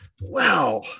Wow